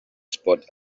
spot